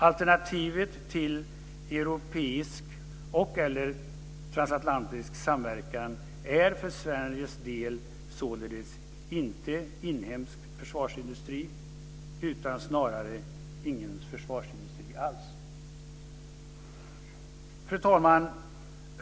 Alternativet till europeisk och transatlantisk samverkan är för Sveriges del således inte inhemsk försvarsindustri utan snarare ingen försvarsindustri alls. Fru talman!